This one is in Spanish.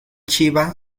chiva